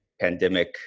pandemic